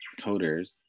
coders